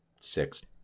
six